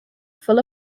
full